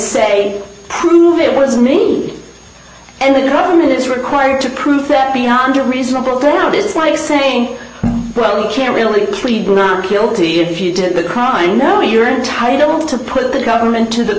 say prove it was me and the government is required to prove that beyond a reasonable doubt it's like saying well you can't really pleaded not guilty if you did the crime no you're entitled to put the government to the